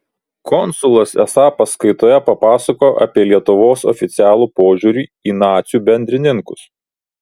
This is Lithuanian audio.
konsulas esą paskaitoje papasakojo apie lietuvos oficialų požiūrį į nacių bendrininkus